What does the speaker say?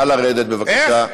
נא לרדת, בבקשה.